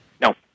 No